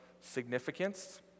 significance